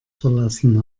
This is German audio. verlassen